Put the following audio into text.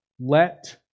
let